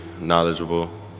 knowledgeable